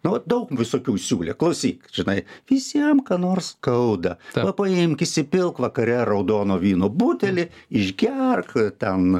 nu vat daug visokių siūlė klausyk žinai vis jam ką nors skauda tada paimk įsipilk vakare raudono vyno butelį išgerk ten